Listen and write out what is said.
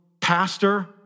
pastor